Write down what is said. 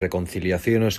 reconciliaciones